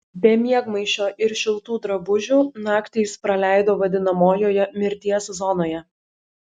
be miegmaišio ir šiltų drabužių naktį jis praleido vadinamojoje mirties zonoje